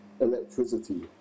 electricity